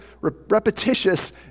repetitious